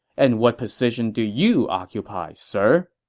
and what position do you occupy, sir?